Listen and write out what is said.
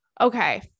Okay